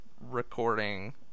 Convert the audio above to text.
recording